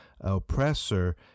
oppressor